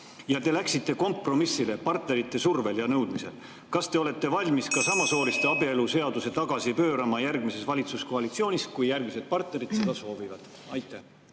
te läksite kompromissile partnerite survel ja nõudmisel. Kas te olete valmis ka samasooliste abielu seadust tagasi pöörama järgmises valitsuskoalitsioonis, kui järgmised partnerid seda soovivad? Aitäh!